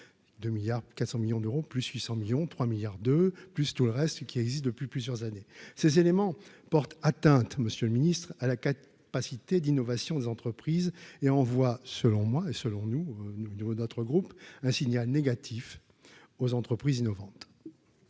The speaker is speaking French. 2 milliards 400 millions d'euros, plus 800 millions 3 milliards de plus tout le reste qui existe depuis plusieurs années, ces éléments portent atteinte, monsieur le Ministre à la pas citer d'innovation des entreprises et en selon moi et selon nous, nous au niveau d'autres groupes, un signal négatif aux entreprises innovantes.